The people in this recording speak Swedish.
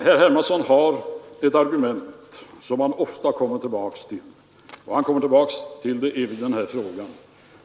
Herr Hermansson har ett argument som han ofta kommer tillbaka till, och han gör det även i den här frågan.